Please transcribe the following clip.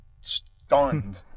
stunned